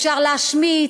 אפשר להשמיץ,